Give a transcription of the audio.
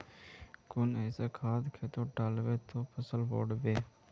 कुन ऐसा खाद खेतोत डालबो ते फसल बढ़बे?